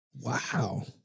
Wow